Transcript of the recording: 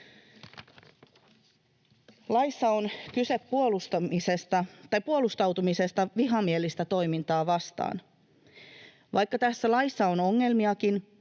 Laissa on kyse puolustautumisesta vihamielistä toimintaa vastaan. Vaikka tässä laissa on ongelmiakin,